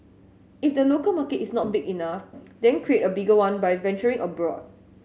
if the local market is not big enough then create a bigger one by venturing abroad